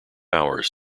hours